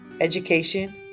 education